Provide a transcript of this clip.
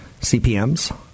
CPMs